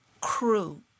crew